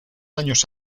años